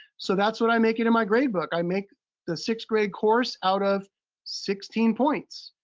so that's what i make it in my grade book. i make the sixth grade course out of sixteen points.